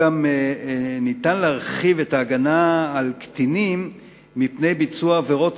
ניתן להרחיב את ההגנה על קטינים מפני ביצוע עבירות